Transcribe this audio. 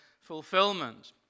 fulfillment